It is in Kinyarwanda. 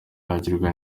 yagirwa